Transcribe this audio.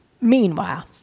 meanwhile